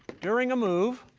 during a move